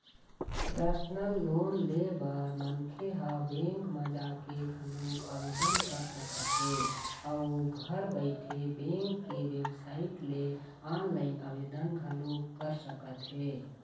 personal loan ले बर मनखे ह बेंक म जाके घलोक आवेदन कर सकत हे अउ घर बइठे बेंक के बेबसाइट ले ऑनलाईन आवेदन घलोक कर सकत हे